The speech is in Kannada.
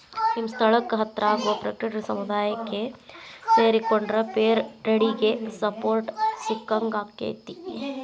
ನಿಮ್ಮ ಸ್ಥಳಕ್ಕ ಹತ್ರಾಗೋ ಫೇರ್ಟ್ರೇಡ್ ಸಮುದಾಯಕ್ಕ ಸೇರಿಕೊಂಡ್ರ ಫೇರ್ ಟ್ರೇಡಿಗೆ ಸಪೋರ್ಟ್ ಸಿಕ್ಕಂಗಾಕ್ಕೆತಿ